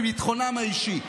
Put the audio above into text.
בביטחונם האישי.